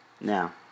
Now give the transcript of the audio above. Now